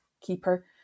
keeper